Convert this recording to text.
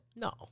No